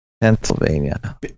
Pennsylvania